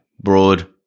broad